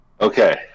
Okay